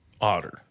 otter